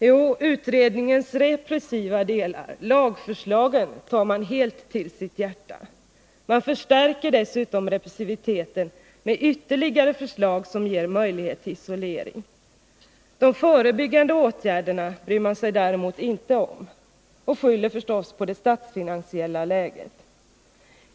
Jo, utredningens repressiva delar, lagförslagen, tar man helt till sitt hjärta — man förstärker dessutom repressiviteten med ytterligare förslag som ger möjligheter till isolering. De förebyggande åtgärderna bryr man sig däremot inte om — och skyller förstås på det statsfinansiella läget.